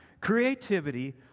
creativity